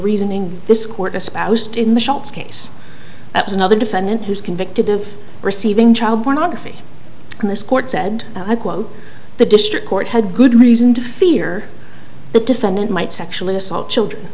reasoning this court espoused in the shops case that was another defendant who's convicted of receiving child pornography and this court said and i quote the district court had good reason to fear the defendant might sexual assault children